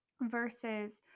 versus